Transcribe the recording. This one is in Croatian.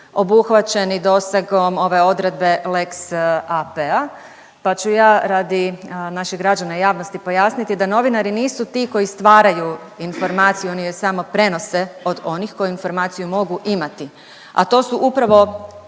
obuhvaćeni dosegom ove odredbe lex AP-a, pa ću ja radi naših građana, javnosti pojasniti da novinari nisu ti koji stvaraju informaciju oni je samo prenose od onih koji informaciju mogu imati, a to su upravo